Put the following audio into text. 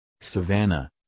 savannah